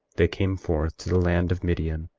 they came forth to the land of midian,